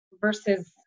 versus